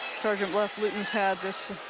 sergeant bluff-luton has had this